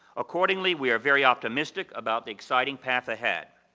accordingly, we are very optimistic about the exciting path ahead,